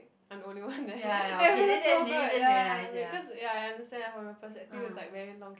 I'm the only one there then it feels so good ya wait cause ya I understand from your perspective is like very long queue